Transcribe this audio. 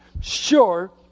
sure